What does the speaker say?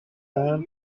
dawn